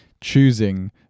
choosing